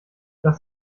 das